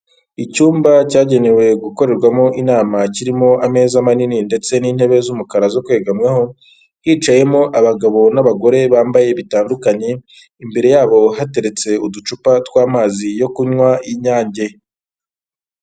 Icyumba cyagenewe gukorerwamo inama kirimo ameza manini ndetse n'intebe z'umukara zo kwegamwaho, hicayemo abagabo n'abagore bambaye bitandukanye, imbere yabo hateretse uducupa tw'amazi yo kunywa y'Inyange.